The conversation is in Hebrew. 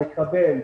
לקבל,